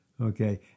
okay